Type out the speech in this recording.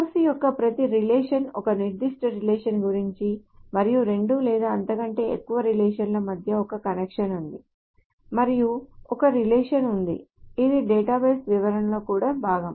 course యొక్క ప్రతి relation ఒక నిర్దిష్ట రిలేషన్ గురించి మరియు రెండు లేదా అంతకంటే ఎక్కువ రిలేషన్ ల మధ్య ఒక కనెక్షన్ ఉంది మరియు ఒక రిలేషన్ ఉంది ఇది డేటాబేస్ వివరణలో కూడా భాగం